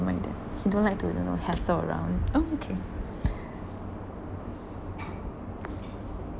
don't like that he don't like to you you know hassle around oh okay